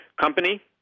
company